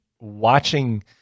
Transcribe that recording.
watching